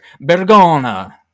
Bergona